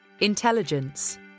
intelligence